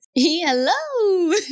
Hello